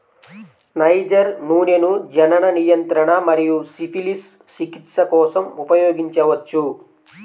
niger నూనెను జనన నియంత్రణ మరియు సిఫిలిస్ చికిత్స కోసం ఉపయోగించవచ్చు